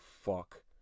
fuck